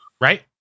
right